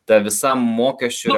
ta visa mokesčių